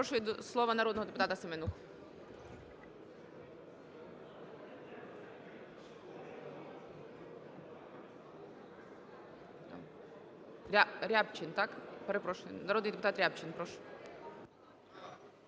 до слова народного депутата Семенуху. Рябчин, так? Перепрошу, народний депутат Рябчин. Прошу.